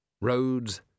Roads